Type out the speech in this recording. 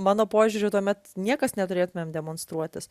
mano požiūriu tuomet niekas neturėtumėm demonstruotis